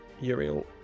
Uriel